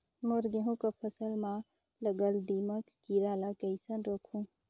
मोर गहूं कर फसल म लगल दीमक कीरा ला कइसन रोकहू?